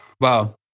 Wow